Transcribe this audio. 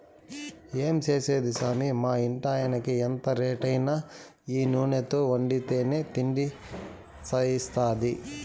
ఏం చేసేది సామీ మా ఇంటాయినకి ఎంత రేటైనా ఈ నూనెతో వండితేనే తిండి సయిత్తాది